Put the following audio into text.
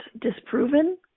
disproven